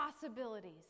Possibilities